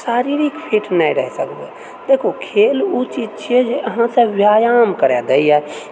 शारीरिक फिट नहि रहि सकबै देखु खेल ओ चीज छिए जे अहाँसँ व्यायाम करा दैए